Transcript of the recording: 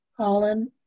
Colin